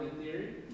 theory